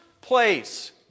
place